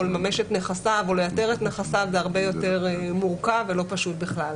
לממש את נכסיו או לאתר את נכסיו זה הרבה יותר מורכב ולא פשוט בכלל.